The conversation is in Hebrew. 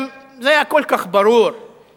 וזה היה גם כל כך ברור שמדובר